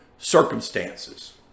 circumstances